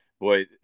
Boy